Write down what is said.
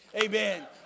Amen